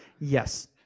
Yes